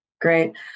Great